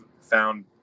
found